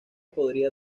podría